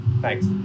thanks